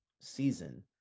season